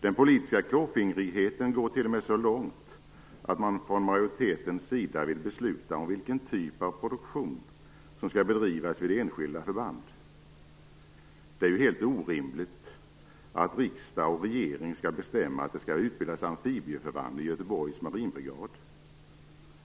Den politiska klåfingrigheten sträcker sig t.o.m. så långt att man från majoritetens sida vill besluta om vilken typ av produktion som skall bedrivas vid enskilda förband. Det är helt orimligt att riksdag och regering skall bestämma att amfibieförband skall utbildas vid Göteborgs marinbrigad.